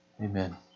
Amen